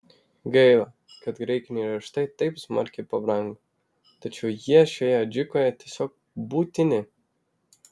gaila kad graikiniai riešutai taip smarkiai pabrango tačiau jie šioje adžikoje tiesiog būtini